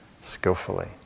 skillfully